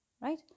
right